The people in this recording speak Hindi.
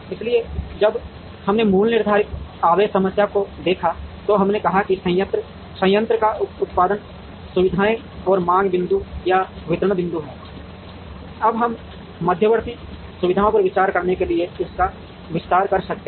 इसलिए जब हमने मूल निर्धारित आवेश समस्या को देखा तो हमने कहा कि संयंत्र या उत्पादन सुविधाएं हैं और मांग बिंदु या वितरण बिंदु हैं अब हम मध्यवर्ती सुविधाओं पर विचार करने के लिए इसका विस्तार कर सकते हैं